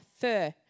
fur